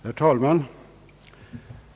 Herr talman!